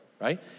right